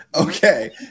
Okay